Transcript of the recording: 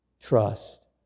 trust